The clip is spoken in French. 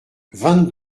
vingt